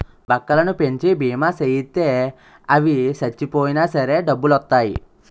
బక్కలను పెంచి బీమా సేయిత్తే అవి సచ్చిపోయినా సరే డబ్బులొత్తాయి